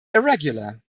irregular